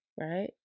Right